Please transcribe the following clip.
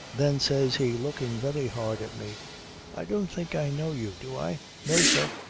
then says he looking very hard at me i don't think i know you do i no, sir,